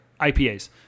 IPAs